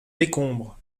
décombres